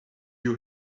you